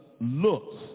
looks